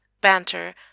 Banter